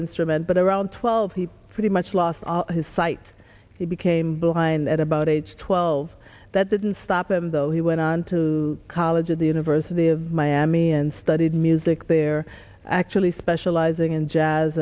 instrument but around twelve he pretty much lost his sight he became behind at about age twelve that didn't stop him though he went on to college at the university of miami and studied music there actually specializing in jazz